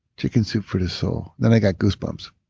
chicken soup for the soul. then i got goosebumps